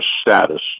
status